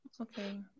Okay